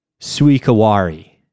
Suikawari